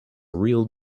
real